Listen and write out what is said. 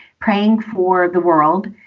praying for the world,